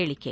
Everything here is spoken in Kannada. ಹೇಳಿಕೆ